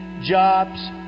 Jobs